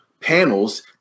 panels